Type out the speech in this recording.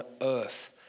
earth